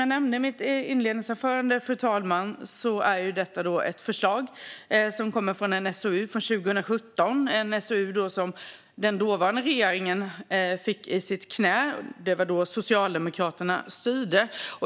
Jag nämnde i mitt inledningsanförande att detta är ett förslag som kommer från en SOU från 2017. Det var en SOU som den dåvarande regeringen fick i sitt knä. Det var då Socialdemokraterna styrde.